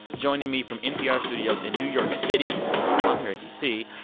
joining me from npr studios in new york city while i'm here in d c,